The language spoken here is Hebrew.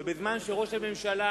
ובזמן שראש הממשלה